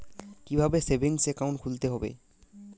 কীভাবে savings account খুলতে হবে?